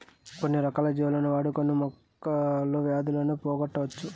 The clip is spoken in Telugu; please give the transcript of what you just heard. కొన్ని రకాల జీవులను వాడుకొని మొక్కలు వ్యాధులను పోగొట్టవచ్చు